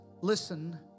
listen